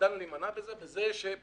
השתדלנו להימנע מזה בכך שפשוט